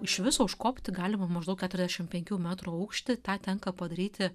iš viso užkopti galima maždaug keturiasdešimt penkių metrų aukštį tą tenka padaryti